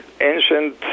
ancient